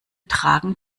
tragen